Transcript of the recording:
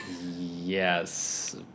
Yes